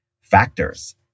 factors